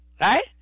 right